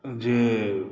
जे